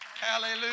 Hallelujah